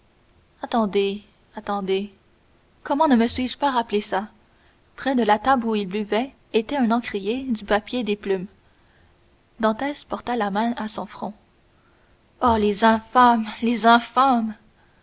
attendez attendez comment ne me suis-je pas rappelé cela près de la table où ils buvaient étaient un encrier du papier des plumes dantès porta la main à son front oh les infâmes les infâmes